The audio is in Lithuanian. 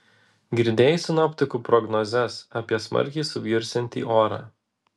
girdėjai sinoptikų prognozes apie smarkiai subjursiantį orą